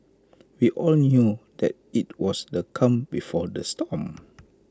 we all knew that IT was the calm before the storm